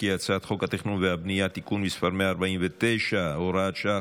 ההצעה להעביר את הצעת חוק התכנון והבנייה (תיקון מס' 149 והוראת שעה,